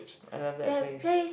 I love that face